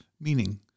meaning